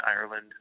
Ireland